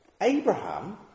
Abraham